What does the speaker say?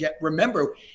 remember